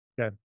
Okay